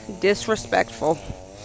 disrespectful